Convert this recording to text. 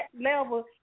level